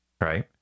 right